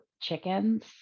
chickens